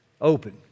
open